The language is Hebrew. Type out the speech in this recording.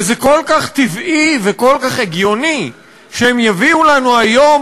וזה כל כך טבעי וכל כך הגיוני שהם יביאו לנו היום